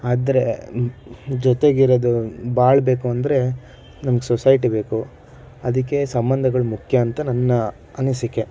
ಆದರೆ ಜೊತೆಗಿರೋದು ಬಾಳಬೇಕೂಂದ್ರೆ ನಮಗೆ ಸೊಸೈಟಿ ಬೇಕು ಅದಕ್ಕೆ ಸಂಬಂಧಗಳು ಮುಖ್ಯ ಅಂತ ನನ್ನ ಅನಿಸಿಕೆ